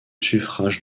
suffrage